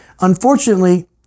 Unfortunately